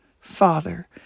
Father